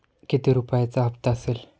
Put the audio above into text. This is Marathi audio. किती रुपयांचा हप्ता असेल?